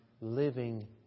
living